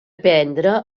prendre